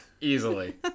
easily